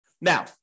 Now